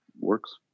works